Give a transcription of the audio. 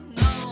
no